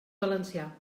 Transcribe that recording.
valencià